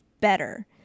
better